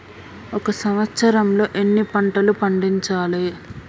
ఒక సంవత్సరంలో ఎన్ని పంటలు పండించాలే?